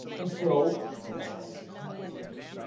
and so, they got a larger sample size.